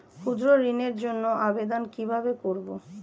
ক্ষুদ্র ঋণের জন্য আবেদন কিভাবে করব?